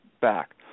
back